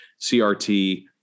CRT